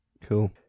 cool